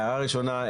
הערה ראשונה,